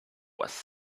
was